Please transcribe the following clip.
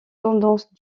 tendance